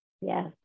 Yes